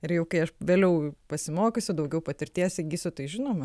ir jau kai aš vėliau pasimokysiu daugiau patirties įgysiu tai žinoma